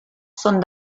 són